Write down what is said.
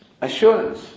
assurance